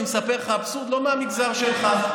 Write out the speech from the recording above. אני מספר לך אבסורד לא מהמגזר שלך.